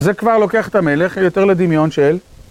זה כבר לוקח את המלך, יותר לדמיון של.